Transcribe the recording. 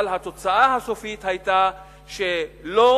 אבל התוצאה הסופית היתה שלא,